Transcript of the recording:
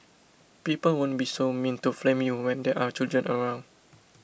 people won't be so mean to flame you when there are children around